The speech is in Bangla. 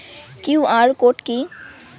কিউ.আর কোড কি?